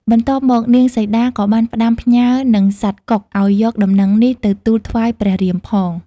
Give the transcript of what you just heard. បន្ទាប់មកនាងសីតាក៏បានផ្តាំផ្ញើនឹងសត្វកុកឱ្យយកដំណឹងនេះទៅទូលថ្វាយព្រះរាមផង។